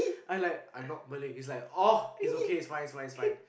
I'm like I'm not Malay he's oh it's okay he's fine he's fine he's fine